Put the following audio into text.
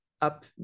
up